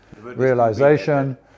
realization